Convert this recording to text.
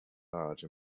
large